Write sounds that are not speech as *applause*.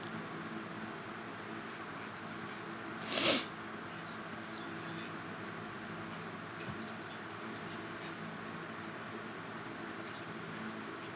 *noise*